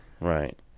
right